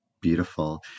Beautiful